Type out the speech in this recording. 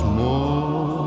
more